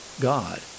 God